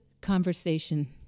conversation